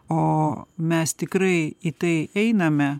o mes tikrai į tai einame